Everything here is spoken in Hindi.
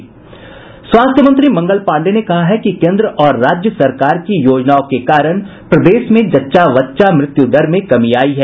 स्वास्थ्य मंत्री मंगल पांडेय ने कहा है कि केन्द्र और राज्य सरकार की योजनाओं के कारण प्रदेश में जच्चा बच्चा मृत्यु दर में कमी आई है